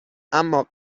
اما